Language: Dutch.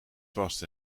vast